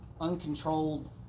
uncontrolled